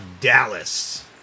Dallas